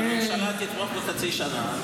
אם הממשלה תתמוך בחצי שנה,